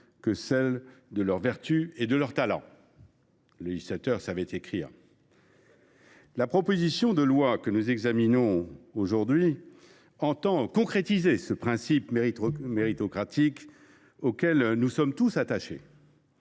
que celle de leurs vertus et de leurs talents. » Le législateur savait écrire… Exactement ! La proposition de loi que nous examinons aujourd’hui a pour objet de concrétiser ce principe méritocratique auquel nous sommes tous attachés.